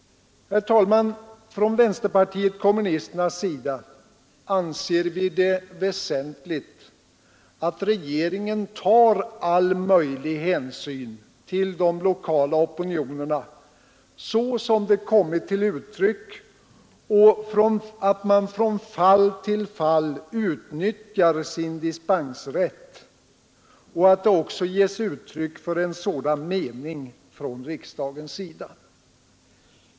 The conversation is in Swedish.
Herr talman! Från vänsterpartiet kommunisternas sida anser vi det väsentligt att regeringen tar all möjlig hänsyn till de lokala opinionerna, så som de kommit till uttryck, och från fall till fall utnyttja sin dispensrätt, samt att det också ges uttryck för en sådan mening från riksdagens sida.